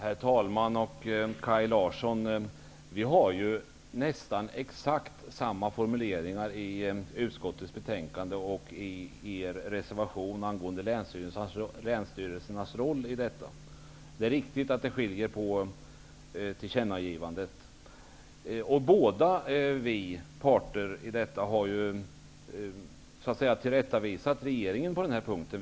Herr talman! Kaj Larsson, det är nästan exakt samma formuleringar i utskottets betänkande och i er reservation angående länsstyrelsernas roll. Det är riktigt att det skiljer på ett tillkännagivande. Båda vi parter har tillrättavisat regeringen på den punkten.